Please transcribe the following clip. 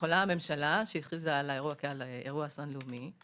יכולה הממשלה שהכריזה על האירוע כאסון לאומי,